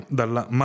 dalla